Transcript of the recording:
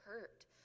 hurt